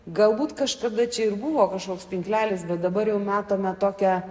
galbūt kažkada čia ir buvo kažkoks tinklelis bet dabar jau matome tokią